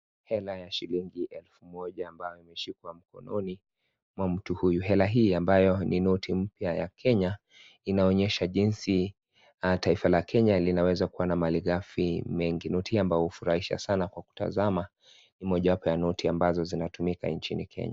Hela ya shilingi elfu moja ambayo imeshiikiliwa mkononi ama mtu huyu, hela hii ambayo ni noti mpya ya Kenya, linaonyesha jinsi taifa la Kenya linaweza kuwa na malighafi mengi, noti hii ambayo hufuraisha sana kutazama ni mojawapo wa noti ambayo inatumika nchini Kenya.